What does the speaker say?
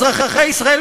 אזרחי ישראל,